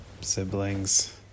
Siblings